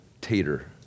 Tater